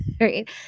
right